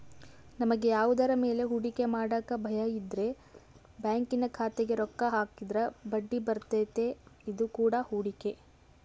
ನಮಗೆ ಯಾವುದರ ಮೇಲೆ ಹೂಡಿಕೆ ಮಾಡಕ ಭಯಯಿದ್ರ ಬ್ಯಾಂಕಿನ ಖಾತೆಗೆ ರೊಕ್ಕ ಹಾಕಿದ್ರ ಬಡ್ಡಿಬರ್ತತೆ, ಇದು ಕೂಡ ಹೂಡಿಕೆ